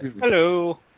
Hello